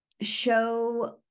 show